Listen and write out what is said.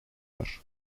var